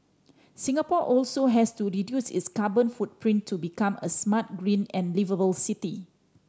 Singapore also has to reduce its carbon footprint to become a smart green and liveable city